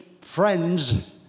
friends